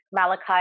Malachi